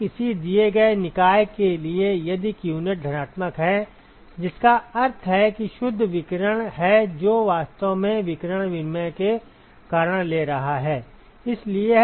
तो किसी दिए गए निकाय के लिए यदि qnet धनात्मक है जिसका अर्थ है कि एक शुद्ध विकिरण है जो वास्तव में विकिरण विनिमय के कारण ले रहा है